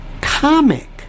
comic